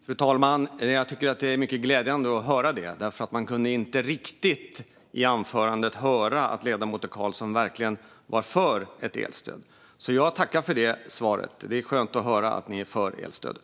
Fru talman! Jag tycker att det är mycket glädjande att höra detta. I anförandet kunde man inte riktigt höra att ledamoten Karlsson verkligen är för ett elstöd. Jag tackar för svaret; det är skönt att höra att Socialdemokraterna är för elstödet.